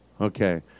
Okay